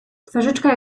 twarzyczka